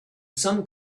some